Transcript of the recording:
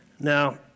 Now